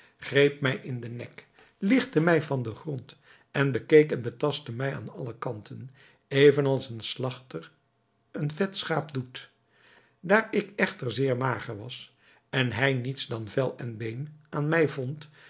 greep mij in den nek ligtte mij van den grond en bekeek en betastte mij aan alle kanten even als een slagter een vet schaap doet daar ik echter zeer mager was en hij niets dan vel en been aan mij vond